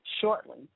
shortly